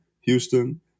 Houston